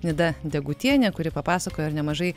nida degutienė kuri papasakojo ir nemažai